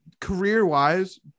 career-wise